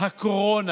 הקורונה.